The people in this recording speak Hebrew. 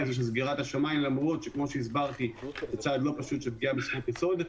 הזה של סגירת השמיים למרות שכאמור זה צעד לא פשוט של פגיעה בזכות יסוד.